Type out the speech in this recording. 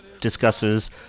discusses